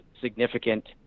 significant